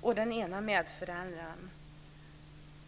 och medföräldern.